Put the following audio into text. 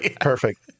Perfect